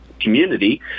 community